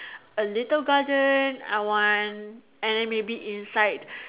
a little garden I want and then maybe inside